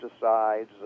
pesticides